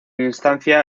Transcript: instancia